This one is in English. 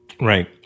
Right